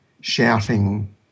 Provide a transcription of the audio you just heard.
shouting